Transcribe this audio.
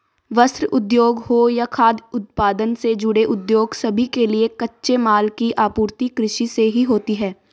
वस्त्र उद्योग हो या खाद्य उत्पादन से जुड़े उद्योग सभी के लिए कच्चे माल की आपूर्ति कृषि से ही होती है